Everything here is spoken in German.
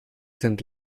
sind